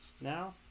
now